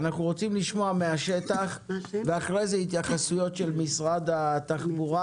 אנחנו רוצים לשמוע מן השטח ואחרי כן התייחסויות של משרד התחבורה,